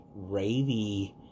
ravey